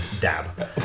dab